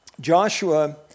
Joshua